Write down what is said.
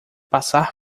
passar